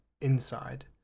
inside